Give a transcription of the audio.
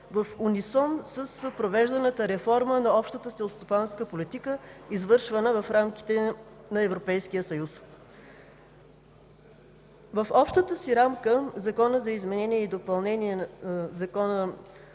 в унисон с провежданата реформа на Общата селскостопанска политика, извършвана в рамките на Европейския съюз. В общата си рамка Законът за изменение и допълнение на Закона